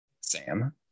Sam